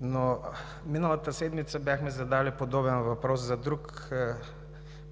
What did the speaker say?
но миналата седмица бяхме задали подобен въпрос за друг